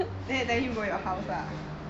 then you tell him go you house lah